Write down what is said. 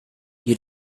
you